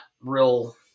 real